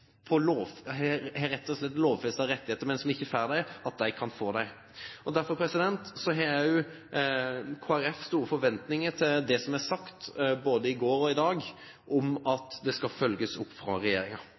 rettigheter, men som ikke får dem, får dem. Derfor har også Kristelig Folkeparti store forventninger til det som er sagt både i går og i dag, om